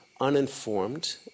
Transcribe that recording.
uninformed